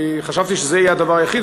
חשבתי שזה יהיה הדבר היחיד,